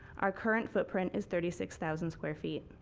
our current footprint is thirty six thousand square feet.